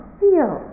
feel